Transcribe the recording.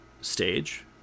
stage